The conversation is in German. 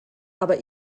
aber